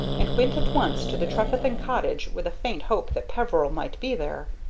and went at once to the trefethen cottage with a faint hope that peveril might be there.